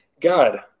God